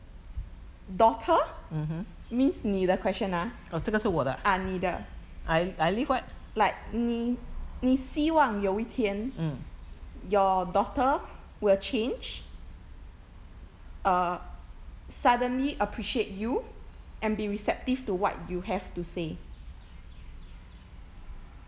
daughter means 你的 question 啊啊你的 like 你你希望有一天 your daughter will change err suddenly appreciate you and be receptive to what you have to say